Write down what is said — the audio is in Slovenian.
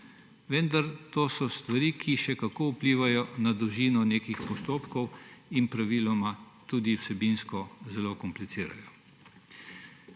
vendar to so stvari, ki še kako vplivajo na dolžino nekih postopkov in praviloma tudi vsebinsko zelo komplicirajo.